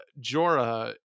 jorah